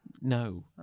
No